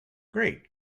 great